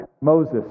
Moses